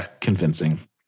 convincing